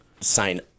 sign